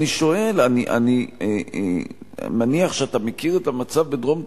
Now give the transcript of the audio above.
אני מניח שאתה מכיר את המצב בדרום תל-אביב,